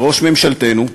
וראש ממשלתנו,